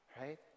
right